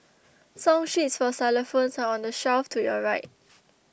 song sheets for xylophones are on the shelf to your right